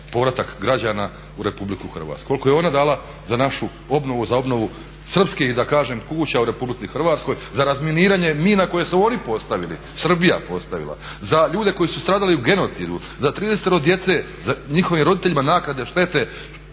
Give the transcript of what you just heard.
povratak građana u Republiku Hrvatsku, koliko je ona dala za našu obnovu, za obnovu srpskih da kažem kuća u Republici Hrvatskoj, za razminiranje mina koje su oni postavili, Srbija postavila. Za ljude koji su stradali u genocidu, za 13 djece njihovim roditeljima naknade štete.